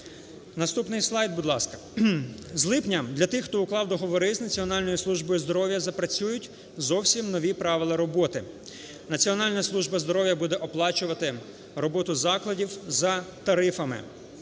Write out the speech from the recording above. З липня для тих, хто уклав договори з Національною службою здоров'я, запрацюють зовсім нові правила роботи. Національна служба здоров'я буде оплачувати роботу закладів за тарифами.